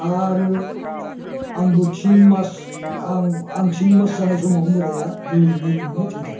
आरो आंबो थिन मास आं आं थिनमास जानाय समावनो बोराया जौ लोंयैनो लोंयैनो थैदों